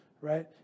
right